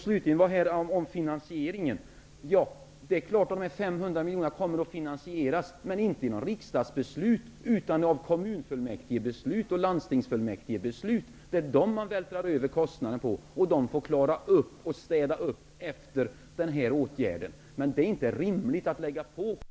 Slutligen: Det är klart att dessa 500 miljoner kommmer att finansieras, men inte genom något riksdagsbeslut utan genom kommunfullmäktigebeslut och landstingsfullmäktigebeslut. Det är kommuner och landsting som man övervältrar kostnaderna på, och de får städa upp efter den här åtgärden. Men det är inte rimligt att belasta kommunerna ännu mer.